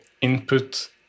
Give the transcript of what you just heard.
input